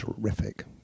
terrific